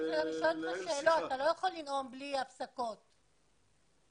לנהל שיחה.